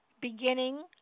beginning